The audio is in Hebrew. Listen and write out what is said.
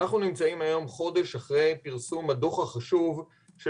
אנחנו נמצאים היום חודש אחרי פרסום הדו"ח החשוב של